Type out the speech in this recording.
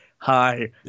Hi